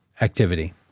activity